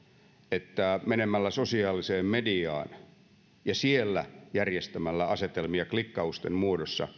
että suomea johdettaisiin menemällä sosiaaliseen mediaan ja järjestämällä siellä asetelmia klikkausten muodossa